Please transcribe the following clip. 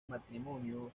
matrimonio